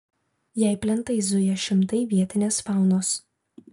jei plentais zuja šimtai vietinės faunos